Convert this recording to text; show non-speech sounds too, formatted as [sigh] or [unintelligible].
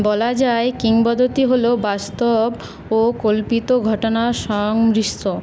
বলা যায় কিংবদন্তি হলো বাস্তব ও কল্পিত ঘটনার [unintelligible]